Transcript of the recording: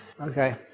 Okay